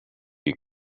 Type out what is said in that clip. you